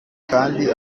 kandi